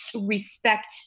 respect